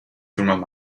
through